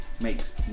makes